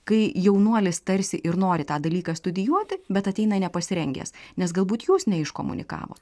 kai jaunuolis tarsi ir nori tą dalyką studijuoti bet ateina nepasirengęs nes galbūt jūs neiškomunikavot